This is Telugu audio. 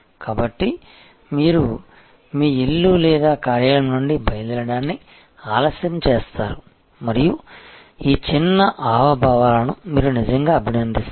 కాబట్టి మీరు మీ ఇల్లు లేదా కార్యాలయం నుండి బయలుదేరడాన్ని ఆలస్యం చేస్తారు మరియు ఈ చిన్న హావభావాలను మీరు నిజంగా అభినందిస్తారు